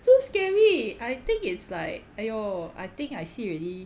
so scary I think it's like !aiyo! I think I see already